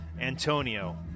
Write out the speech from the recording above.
antonio